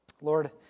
Lord